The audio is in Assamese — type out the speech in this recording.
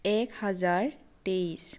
এক হাজাৰ তেইছ